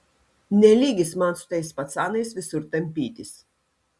ne lygis man su tais pacanais visur tampytis